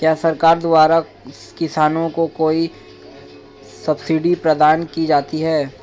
क्या सरकार द्वारा किसानों को कोई सब्सिडी प्रदान की जाती है?